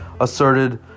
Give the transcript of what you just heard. asserted